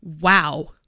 Wow